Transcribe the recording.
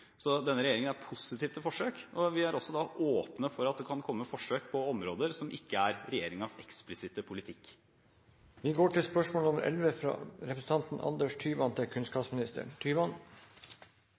Denne regjeringen er positiv til forsøk, og vi er også åpne for at det kan komme forsøk på områder som ikke er regjeringens eksplisitte politikk.